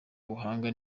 ubuhanga